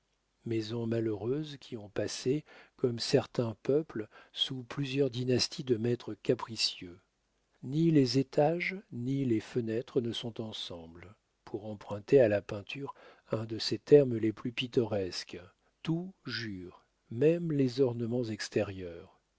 maisons malheureuses qui ont passé comme certains peuples sous plusieurs dynasties de maîtres capricieux ni les étages ni les fenêtres ne sont ensemble pour emprunter à la peinture un de ses termes les plus pittoresques tout y jure même les ornements extérieurs